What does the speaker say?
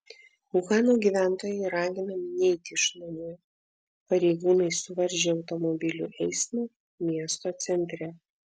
uhano gyventojai raginami neiti iš namų pareigūnai suvaržė automobilių eismą miesto centre